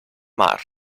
mar